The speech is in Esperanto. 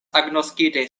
agnoskitaj